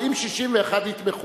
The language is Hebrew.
ואם 61 יתמכו,